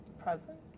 Present